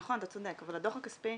נכון, אתה צודק, אבל הדוח הכספי